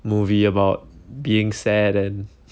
movie about being sad and